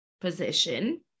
position